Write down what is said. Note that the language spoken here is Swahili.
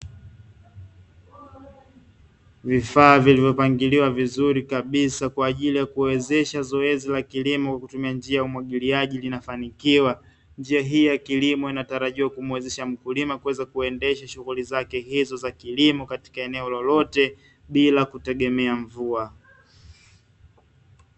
Vifaa vilivyopangiliwa vizuri kabisa kwa ajili ya kuwezesha zoezi la kilimo kwa kutumia njia ya umwagiliaji linafanikiwa. Njia hii ya kilimo inatarajiwa kuumuwezesha mkulima kuendesha shughuli zake hizo katika eneo lolote bila kutegemea mvua.